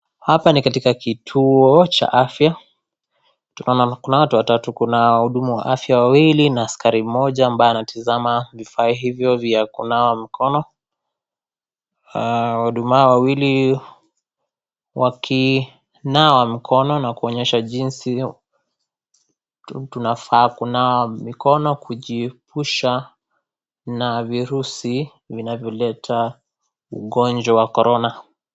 Hapa ni katika kituo cha afya, tunaona kuna watu watatu, kuna wahudumu wa afya wawili na askari mmoja ambaye anatazama vifaa hivyo vya kunawa mkono, wahudumu hao wawili wakinawa mikono na kuonyesha jinsi mtu unafaa kunawa mikono kujiepusha na virusi vinavyoleta ugonjwa wa korona.